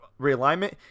realignment